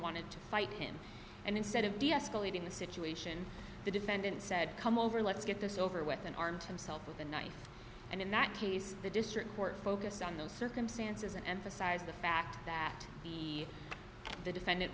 wanted to fight him and instead of deescalating the situation the defendant said come over let's get this over with and armed himself with a knife and in that case the district court focused on those circumstances and emphasize the fact that he the defendant